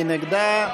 מי נגדה?